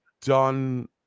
done